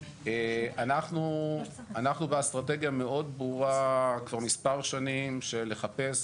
אנחנו באסטרטגיה מאוד ברורה כבר מספר שנים של לחפש,